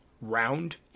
round